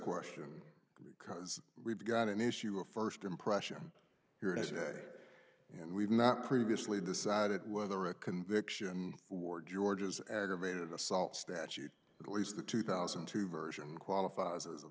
question because we've got an issue of first impression here today and we've not previously decided whether a conviction for george's aggravated assault statute at least the two thousand and two version qualifies as a